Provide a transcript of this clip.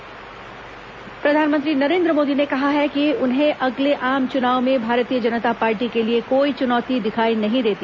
भाजपा कार्यकारिणी बैठक प्रधानमंत्री नरेंद्र मोदी ने कहा है कि उन्हें अगले आम चुनाव में भारतीय जनता पार्टी के लिए कोई चुनौती दिखाई नहीं देती